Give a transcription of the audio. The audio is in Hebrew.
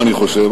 אני חושב.